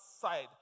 side